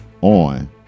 on